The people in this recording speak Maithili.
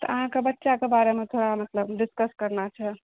तऽ अहाँके बच्चाके बारेमे थोड़ा मतलब डिस्कस करना छै